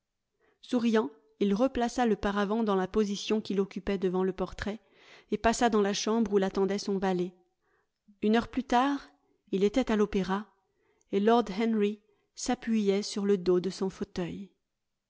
souriant il replaça le paravent dans la position qu'il occupait devant le portrait et passa dans la chambre où l'attendait son valet une heure plus tard il était à l'opéra et lord henry s'appuyait sur le dos de son fauteuil